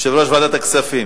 יושב-ראש ועדת הכספים.